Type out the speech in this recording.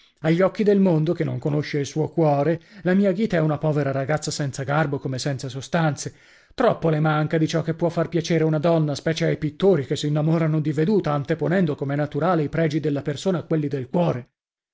agli occhi del mondo che non conosce il suo cuore la mia ghita è una povera ragazza senza garbo come senza sostanze troppo le manca di ciò che può far piacere una donna specie ai pittori che s'innamorano di veduta anteponendo com'è naturale i pregi della persona a quelli del cuore